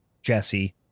jesse